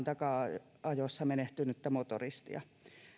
takaa ajossa menehtynyttä motoristia